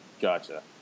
Gotcha